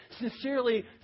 sincerely